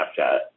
snapchat